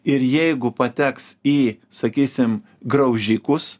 ir jeigu pateks į sakysim graužikus